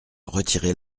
retirer